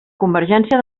convergència